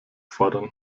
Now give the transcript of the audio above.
fordern